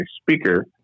speaker